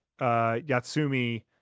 Yatsumi